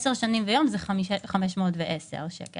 10 שנים ויום זה 510 שקלים,